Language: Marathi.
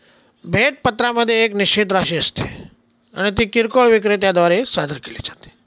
भेट पत्रामध्ये एक निश्चित राशी असते आणि ती किरकोळ विक्रेत्या द्वारे सादर केली जाते